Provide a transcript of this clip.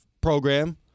program